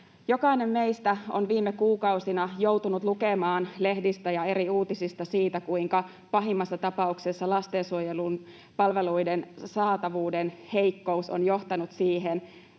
Jokainen meistä on viime kuukausina joutunut lukemaan lehdistä ja eri uutisista siitä, kuinka pahimmassa tapauksessa lastensuojelun palveluiden saatavuuden heikkous on johtanut